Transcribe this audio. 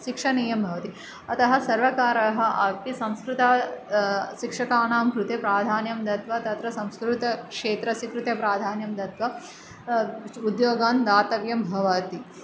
शिक्षणीयं भवति अतः सर्वकारः अपि संस्कृत शिक्षकानां कृते प्राधान्यं दत्वा तत्र संस्कृतक्षेत्रस्य कृते प्राधान्यं दत्वा उद्योगान् दातव्यं भवति